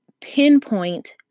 pinpoint